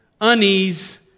unease